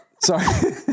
Sorry